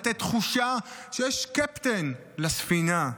לתת תחושה שיש קפטן לספינה.